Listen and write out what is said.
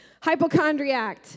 hypochondriac